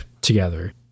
together